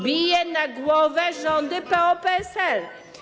Bije na głowę rządy PO-PSL.